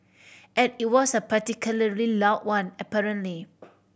and it was a particularly loud one apparently